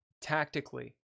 tactically